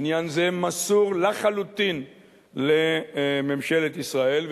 עניין זה מסור לחלוטין לממשלת ישראל.